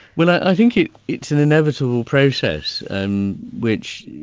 well i think it's an inevitable process and which,